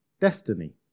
destiny